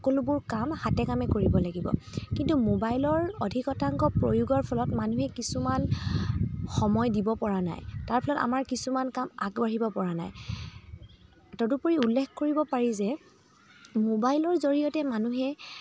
সকলোবোৰ কাম হাতে কামে কৰিব লাগিব কিন্তু মোবাইলৰ অধিক শতাংশ প্ৰয়োগৰ ফলত মানুহে কিছুমান সময় দিব পৰা নাই তাৰ ফলত আমাৰ কিছুমান কাম আগবাঢ়িব পৰা নাই তদুপৰি উল্লেখ কৰিব পাৰি যে মোবাইলৰ জৰিয়তে মানুহে